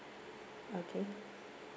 okay